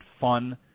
fun